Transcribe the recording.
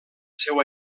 seu